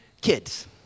kids